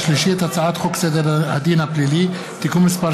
הצעת חוק תאגידי מים וביוב (תיקון מס'